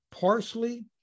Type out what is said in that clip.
parsley